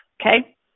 okay